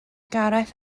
gareth